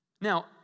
Now